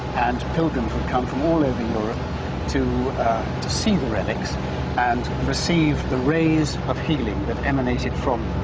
and pilgrims would come from all over europe to to see the relics and receive the rays of healing that emanated from